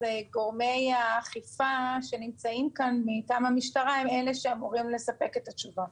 גורמי האכיפה שנמצאים כאן מטעם המשטרה הם אלה שאמורים לספק את התשובה.